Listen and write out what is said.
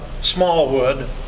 Smallwood